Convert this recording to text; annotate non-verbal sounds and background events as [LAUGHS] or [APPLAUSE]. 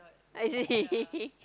I [LAUGHS]